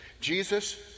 Jesus